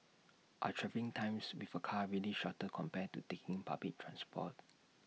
are travelling times with A car really shorter compared to taking public transport